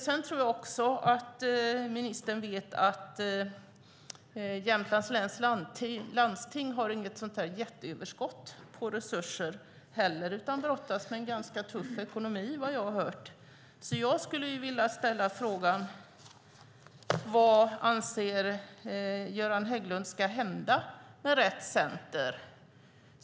Jag tror att ministern vet att Jämtlands läns landsting inte har något stort överskott av resurser utan brottas med en ganska tuff ekonomi, vad jag har hört. Jag vill därför ställa frågan: Vad anser Göran Hägglund ska hända med Rett Center?